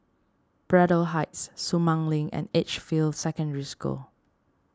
Braddell Heights Sumang Link and Edgefield Secondary School